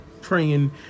praying